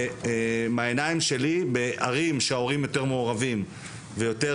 בעיניים שלי בערים שההורים יותר מעורבים ויותר